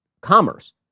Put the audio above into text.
commerce